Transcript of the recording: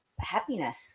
happiness